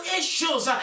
issues